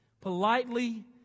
politely